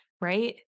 right